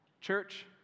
church